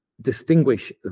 distinguish